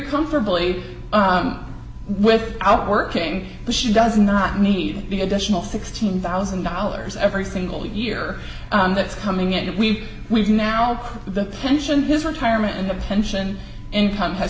comfortably with out working but she does not need the additional sixteen thousand dollars every single year that's coming in that we we've now the pension his retirement and the pension income has